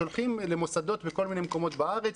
שולחים למוסדות בכל מיני מקומות בארץ,